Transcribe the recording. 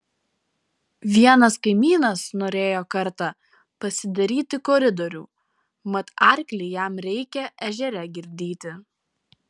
vienas kaimynas norėjo kartą pasidaryti koridorių mat arklį jam reikia ežere girdyti